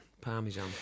Parmesan